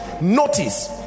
Notice